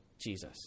Jesus